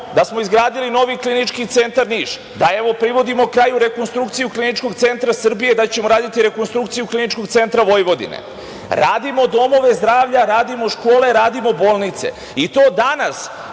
da smo izgradili novi Klinički centar Niš, da, evo, privodimo kraju rekonstrukciju KC Srbije, da ćemo raditi rekonstrukciju KC Vojvodine. Radimo domove zdravlja, radimo škole, radimo bolnice. To danas